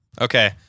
Okay